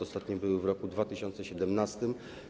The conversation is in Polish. Ostatnie były w roku 2017.